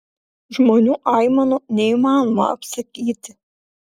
žmonių aimanų neįmanoma apsakyti